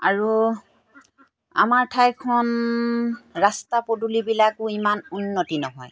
আৰু আমাৰ ঠাইখন ৰাস্তা পদূলিবিলাকো ইমান উন্নত নহয়